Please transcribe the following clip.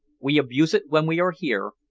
we abuse it when we are here,